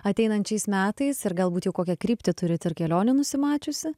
ateinančiais metais ir galbūt jau kokią kryptį turit ir kelionių nusimačiusi